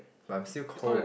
but I'm still cold